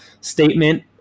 statement